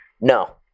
No